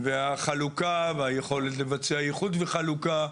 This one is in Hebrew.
והחלוקה והיכולת לבצע איחוד וחלוקה,